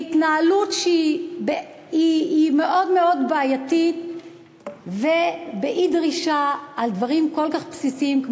בהתנהלות שהיא מאוד מאוד בעייתית ובאי-דרישה של דברים כל כך בסיסיים,